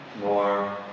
more